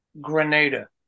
Grenada